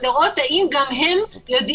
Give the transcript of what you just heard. כשאחר כך גם היו שינויים.